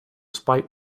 spite